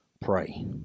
pray